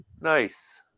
Nice